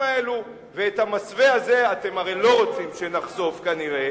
ואת המסווה הזה אתם הרי לא רוצים שנחשוף, כנראה,